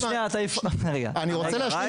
אתה הפרעת לי,